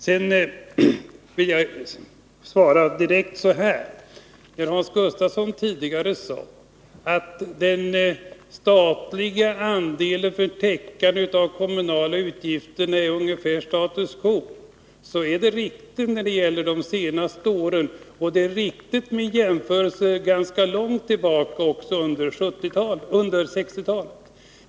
Sedan vill jag svara Hans Gustafsson på följande sätt: Hans Gustafsson sade att den statliga andelen för täckande av kommunala utgifter är ungefär status quo, och detta är riktigt när det gäller de senaste åren. Det är riktigt också när det gäller åren ganska långt tillbaka under 1960-talet.